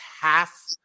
half